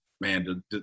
man